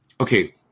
okay